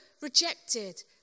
rejected